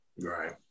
Right